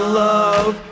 love